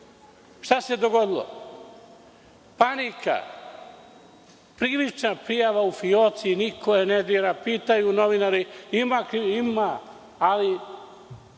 šta se dogodilo? Panika. Krivična prijava u fioci, niko je ne dira, pitaju novinari – ima li?